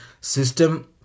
system